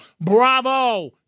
Bravo